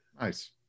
Nice